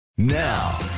Now